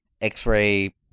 X-Ray